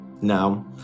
now